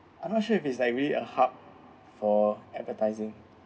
I'm not sure if it like really a hub for advertising